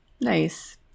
Nice